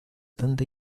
tanta